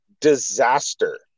disaster